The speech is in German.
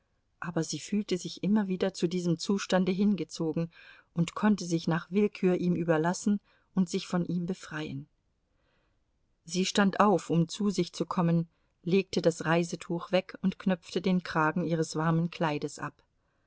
aber sie fühlte sich immer wieder zu diesem zustande hingezogen und konnte sich nach willkür ihm überlassen und sich von ihm befreien sie stand auf um zu sich zu kommen legte das reisetuch weg und knöpfte den kragen ihres warmen kleides ab